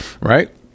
Right